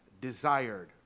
desired